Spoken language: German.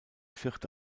vierte